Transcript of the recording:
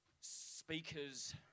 speakers